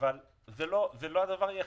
אבל זה לא הדבר היחיד.